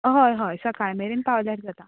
हय हय सकाळ मेरेन पावल्यार जाता